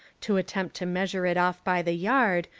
to at tempt to measure it off by the yard,